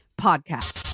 podcast